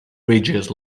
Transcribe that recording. ridges